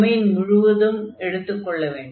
domain முழுவதும் எடுத்துக் கொள்ள வேண்டும்